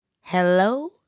Hello